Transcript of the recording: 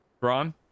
Ron